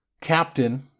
captain